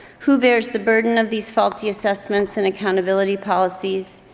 who bears the burden of these faulty assessments and accountability policies?